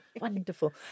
wonderful